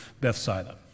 Bethsaida